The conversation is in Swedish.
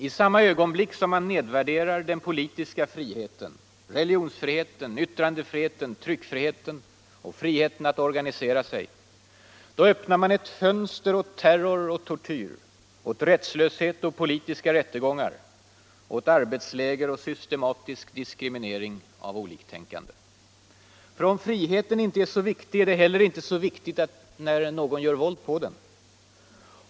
I samma ögonblick som man nedvärderar den politiska friheten, religionsfriheten, yttrandefriheten, tryckfriheten och friheten att organisera sig öppnar man ett fönster åt terror och tortyr, åt rättslöshet och politiska rättegångar, åt arbetsläger och systematisk diskriminering av oliktänkande. För om friheten inte är så viktig, är det inte heller så viktigt när man gör våld på den.